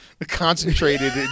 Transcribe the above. concentrated